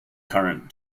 current